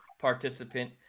participant